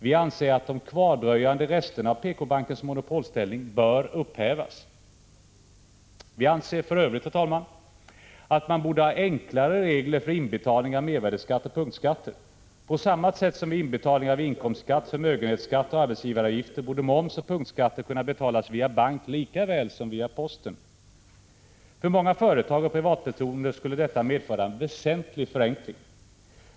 Vi anser att de kvardröjande resterna av PK-bankens monopolställning bör upphävas. Vi anser för övrigt, herr talman, att man borde ha enklare regler för inbetalning av mervärdeskatt och punktskatter. På samma sätt som vid inbetalning av inkomstskatt, förmögenhetsskatt och arbetsgivaravgifter borde moms och punktskatter kunna betalas via bank lika väl som via posten. För många företag och privatpersoner skulle detta medföra en väsentlig förenkling.